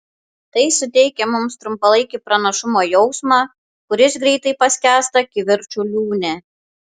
tai suteikia mums trumpalaikį pranašumo jausmą kuris greitai paskęsta kivirčų liūne